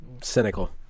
cynical